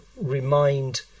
remind